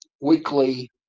weekly